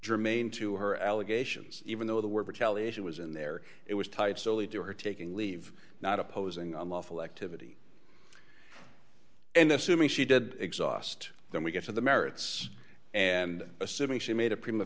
germane to her allegations even though the word for television was in there it was tied solely to her taking leave not opposing unlawful activity and assuming she did exhaust then we get to the merits and assuming she made a prima